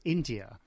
India